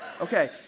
Okay